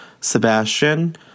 sebastian